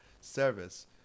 service